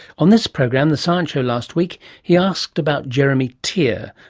on this program, the science show, last week he asked about jeremy tear,